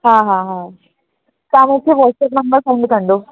हा हा हा तव्हां मुखे वाट्सअप नम्बर सेंड कॼो